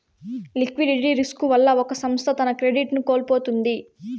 liquidity risk వల్ల ఒక సంస్థ తన క్రెడిట్ ను కోల్పోతుంది